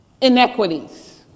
inequities